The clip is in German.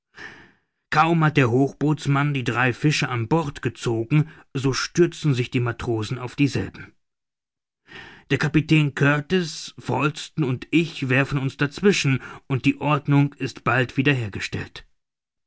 kaum hat der hochbootsmann die drei fische an bord gezogen so stürzen sich die matrosen auf dieselben der kapitän kurtis falsten und ich werfen uns dazwischen und die ordnung ist bald wieder hergestellt